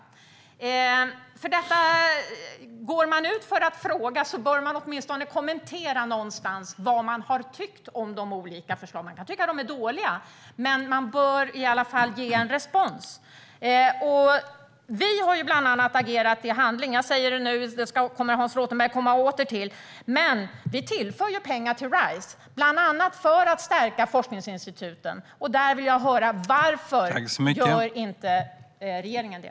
Går man ut och frågar bör man åtminstone kommentera någonstans vad OECD har tyckt om de olika förslagen. Man kan tycka att svaren är dåliga, men man bör i alla fall ge en respons. Vi har bland andra agerat i handling. Jag säger det nu, och det ska Hans Rothenberg återkomma till: Vi tillför pengar till Rise, bland annat för att stärka forskningsinstituten. Jag vill höra varför regeringen inte gör det.